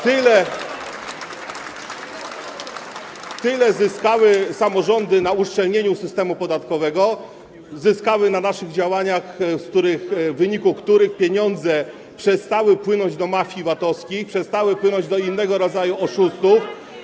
Tyle zyskały samorządy na uszczelnieniu systemu podatkowego, zyskały na naszych działaniach, w wyniku których pieniądze przestały płynąć do mafii VAT-owskich, przestały płynąć do innego rodzaju oszustów.